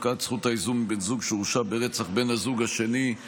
הפקעת זכות האיזון מבן זוג שהורשע ברצח בן הזוג השני),